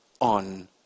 on